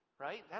Right